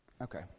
Okay